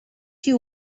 you